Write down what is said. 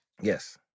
Yes